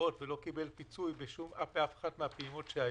הכיסאות ולא קיבל פיצוי באף אחת מן הפעימות שהיו.